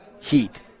heat